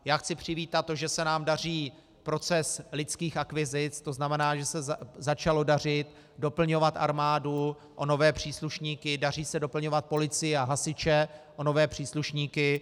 Já chci přivítat to, že se nám daří proces lidských akvizic, to znamená, že se začalo dařit doplňovat armádu o nové příslušníky, daří se doplňovat policii a hasiče o nové příslušníky.